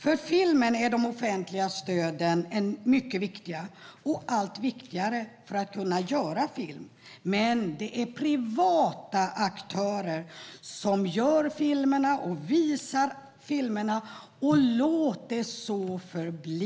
För filmen är de offentliga stöden mycket viktiga. De blir allt viktigare för att kunna göra film. Men det är privata aktörer som gör filmerna och visar filmerna, och låt det så förbli!